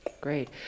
Great